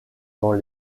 dans